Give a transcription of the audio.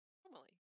normally